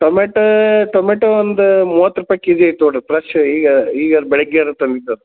tomato tomato ಒಂದು ಮೂವತ್ತು ರೂಪಾಯಿ ಕೆಜಿಗೆ ಐತಿ ನೋಡ್ರಿ ಪ್ಲಸ್ ಈಗ ಈಗ ಬೆಳ್ಗ್ಯಾರ ತಂದಿದ್ದು ಅದು